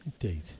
Indeed